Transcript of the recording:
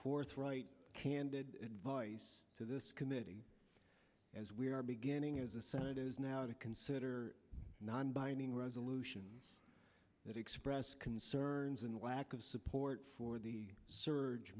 forthright candid advice to this committee as we are beginning as the senate is now to consider a non binding resolution that expressed concerns and lack of support for the s